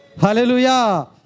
Hallelujah